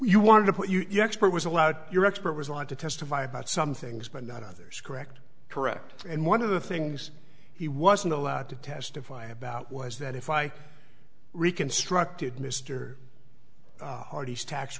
you wanted to put you back sport was allowed your expert was allowed to testify about some things but not others correct correct and one of the things he wasn't allowed to testify about was that if i reconstructed mister hardy's tax